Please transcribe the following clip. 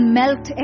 melt